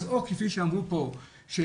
כפי שאמרו פה,